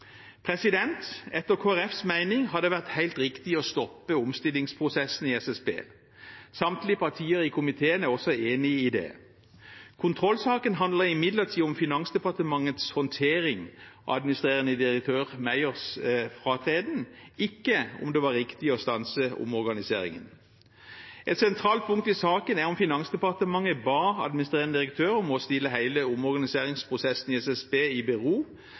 Etter Kristelig Folkepartis mening har det vært helt riktig å stoppe omstillingsprosessen i SSB. Samtlige partier i komiteen er enig i det. Kontrollsaken handler imidlertid om Finansdepartementets håndtering av administrerende direktør Meyers fratreden – ikke om det var riktig å stanse omorganiseringen. Et sentralt punkt i saken er om Finansdepartementet ba administrerende direktør om å stille hele omorganiseringsprosessen i SSB i bero